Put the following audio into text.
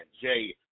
Jay